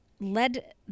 led